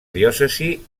diòcesi